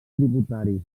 tributaris